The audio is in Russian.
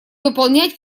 выполнять